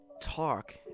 talk